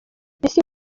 ese